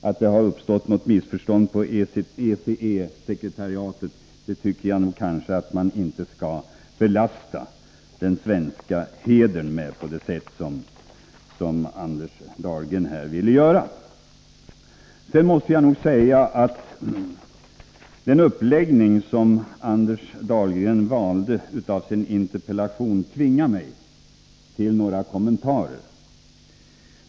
Att det har uppstått något missförstånd på ECE-sekretariatet, tycker jag inte att man skall belasta den svenska hedern med på det sätt som Anders Dahlgren gjorde här. Den uppläggning som Anders Dahlgren valde i sin interpellation tvingar mig till några kommentarer.